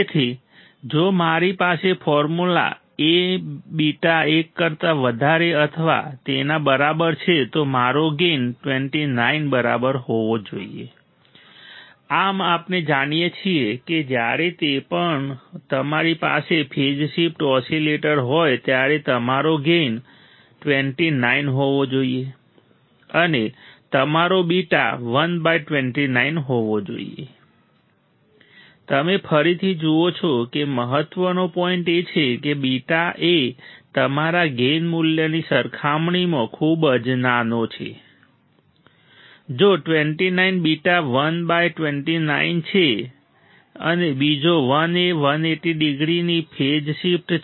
તેથી જો મારી પાસે ફોર્મ્યુલા a β એક કરતા વધારે અથવા તેના બરાબર છે તો મારો ગેઈન 29 બરાબર હોવો જોઈએ આમ આપણે જાણીએ છીએ કે જ્યારે પણ તમારી પાસે ફેઝ શિફ્ટ ઓસિલેટર હોય ત્યારે તમારો ગેઇન 29 હોવો જોઈએ અને તમારો β 129 હોવો જોઈએ તમે ફરીથી જુઓ કે મહત્વનો પોઇન્ટ એ છે કે β એ તમારા ગેઈન મૂલ્યની સરખામણીમાં ખૂબ જ નાનો છે જો 29 β 1 બાય 29 છે અને બીજો 1 એ 180 ડિગ્રીની ફેઝ શિફ્ટ છે